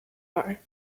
are